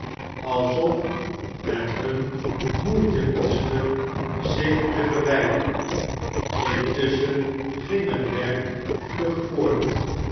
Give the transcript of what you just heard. alsof het hun moeite kostte zich te verwijderen intusschen ging het werk vlug voort